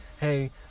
Hey